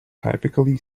typically